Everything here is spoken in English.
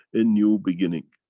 a new beginning.